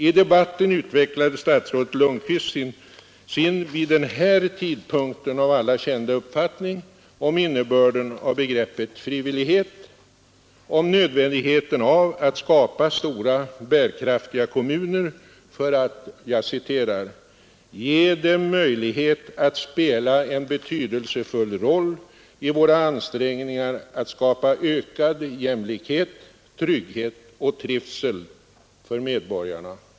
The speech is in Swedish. I debatten utvecklade statsrådet Lundkvist sin vid den här tidpunkten av alla kända uppfattning om innebörden av begreppet frivillighet, om nödvändigheten av att skapa stora bärkraftiga kommuner för att ”ge dem möjlighet att spela en betydelsefull roll i våra ansträngningar att skapa ökad jämlikhet, trygghet och trivsel för medborgarna”.